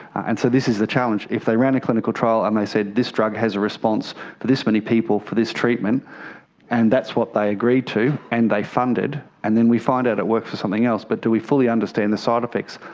and so this is the challenge. if they ran a clinical trial and they said this drug has a response for this many people for this treatment and that's what are they agreed to and they fund it and then we find out it works for something else, but do we fully understand the side effects,